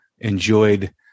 enjoyed